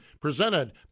presented